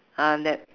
uh that